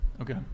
Okay